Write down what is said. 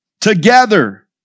together